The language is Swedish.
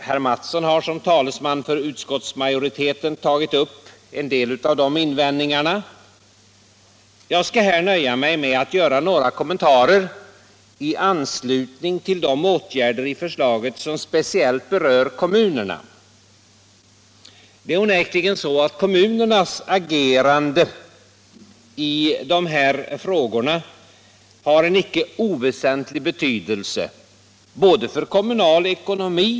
Herr Mattsson har som talesman för utskottsmajoriteten tagit upp en del av dessa invändningar. Jag skall här nöja mig med att göra några kommentarer i anslutning till de åtgärder i förslaget som speciellt berör kommunerna. Det är onekligen så att kommunernas agerande i dessa frågor har en icke oväsentlig betydelse för den kommunala ekonomin.